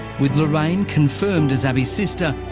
with lorraine confirmed as abii's sister,